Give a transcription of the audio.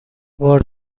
بار